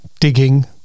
Digging